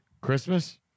Christmas